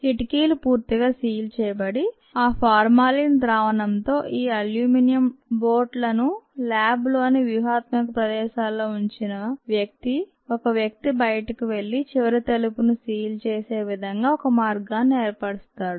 కిటికీలు పూర్తిగా సీల్ చేయబడి ఈ ఫార్మాలిన్ ద్రావణంతో ఈ అల్యూమినియం బోట్ లను ల్యాబ్ లోని వ్యూహాత్మక ప్రదేశాల్లో ఉంచిన వ్యక్తి ఒక వ్యక్తి బయటకు వెళ్లి చివరి తలుపును సీల్ చేసే విధంగా ఒక మార్గాన్ని ఏర్పరస్తాడు